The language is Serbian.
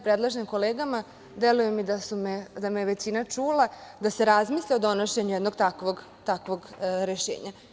Predlažem kolegama, deluje mi da me je većina čula, da se razmisli o donošenju jednog takvog rešenja.